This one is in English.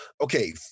Okay